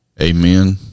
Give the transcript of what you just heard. Amen